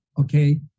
okay